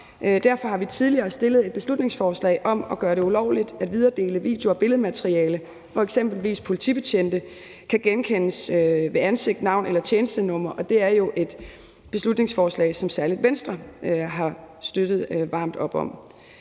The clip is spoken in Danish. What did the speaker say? Derfor har vi tidligere fremsat et beslutningsforslag om at gøre det ulovligt at videredele video- og billedmateriale, hvor eksempelvis politibetjente kan genkendes ved ansigt, navn eller tjenestenummer, og det er jo et beslutningsforslag, som særlig Venstre har støttet varmt op om.